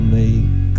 make